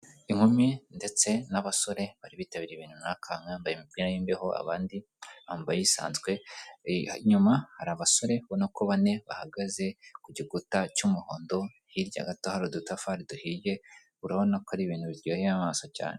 Inkumi ndetse n'abasore bari bitabiriye ibintu runaka bamwe bambaye imipira y'imbeho abandi bambaye isanzwe, inyuma hari abasore ubona ko bane bahagaze ku gikuta cy'umuhondo, hirya gato hari udutafari duhiye urabona ko ari ibintu biryoheye amaso cyane.